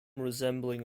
resembling